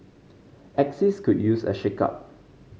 axis could use a shakeup